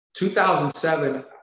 2007